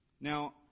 Now